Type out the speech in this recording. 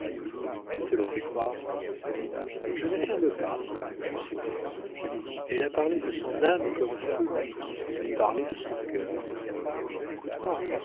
qui te le fait croire je n'affirme pas je suppose elle a parlé de son âme comme feu louis xviii parlait de son cœur écoute-moi